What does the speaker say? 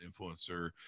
influencer